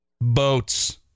Boats